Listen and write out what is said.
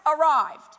arrived